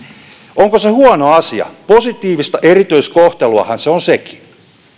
onko se huono asia positiivista erityiskohteluahan se on sekin